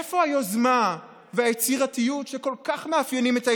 איפה היוזמה והיצירתיות שכל כך מאפיינים את הישראלים?